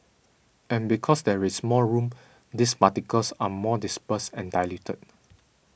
and because there is more room these particles are more dispersed and diluted